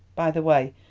by the way,